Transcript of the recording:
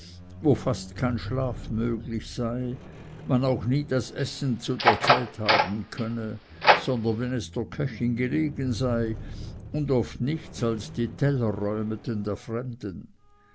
wo fast kein schlaf möglich sei man auch nie das essen zu der zeit haben könne sondern wenn es der köchin gelegen sei und oft nichts als die tellerräumeten der fremden